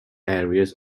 areas